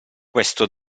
questo